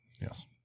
Yes